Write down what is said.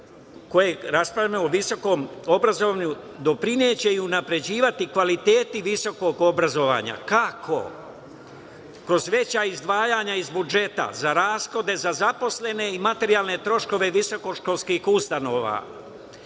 koje raspravljamo o visoko obrazovnom, doprineće i unapređivaće kvalitetu visokog obrazovanja. Kako, pa kroz veća izdvajanja iz budžeta za rashode i za zaposlene, i materijalne troškove i visoko školskih ustanova.